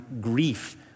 grief